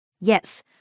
Yes